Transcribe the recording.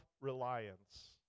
reliance